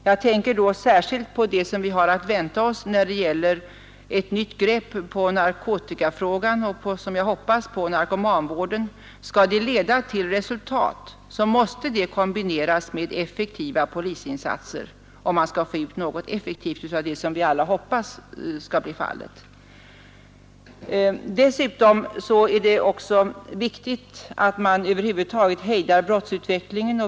Jag tänker då särskilt på det som vi har att vänta oss när det gäller ett nytt grepp om narkotikafrågan och, som jag hoppas, om narkomanvården. Skall det leda till resultat, måste det kombineras med effektiva polisinsatser för att man skall få ut något effektivt av det, vilket vi alla hoppas skall bli fallet. Dessutom är det också viktigt att man över huvud taget hejdar brottsutvecklingen.